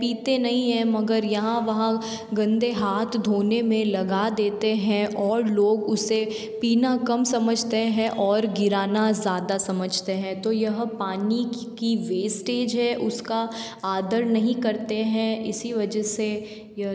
पीते नहीं है मगर यहाँ वहाँ गंदे हाथ धोने में लगा देते हैं और लोग उसे पीना कम समझते हैं और गिराना ज़्यादा समझते हैं तो यह पानी की वेस्टेज है उसका आदर नहीं करते हैं इसी वजह से यह